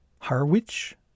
Harwich